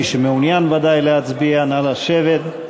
מי שמעוניין ודאי להצביע, נא לשבת.